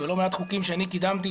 בלא מעט חוקים שאני קידמתי,